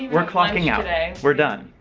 we're clocking out, we're done,